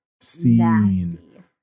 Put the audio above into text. seen